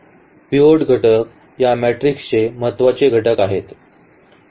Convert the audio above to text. pivot घटक या मॅट्रिक्सचे महत्त्वाचे घटक आहेत